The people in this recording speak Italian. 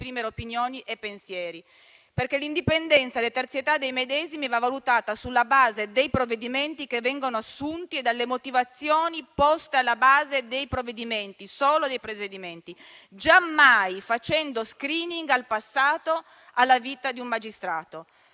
opinioni e pensieri, perché l'indipendenza e la terzietà dei medesimi va valutata sulla base dei provvedimenti che vengono assunti e delle motivazioni poste alla base dei provvedimenti - solo dei provvedimenti - giammai facendo uno *screening* del passato della vita di un magistrato.